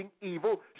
evil